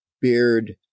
Beard